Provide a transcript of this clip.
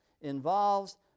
involves